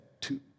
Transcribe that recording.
Two